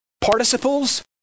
participles